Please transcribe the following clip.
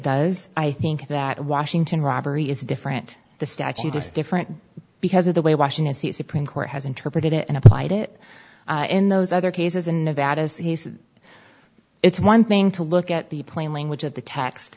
does i think that washington robbery is different the statute just different because of the way washington state supreme court has interpreted and applied it in those other cases in nevada it's one thing to look at the plain language of the t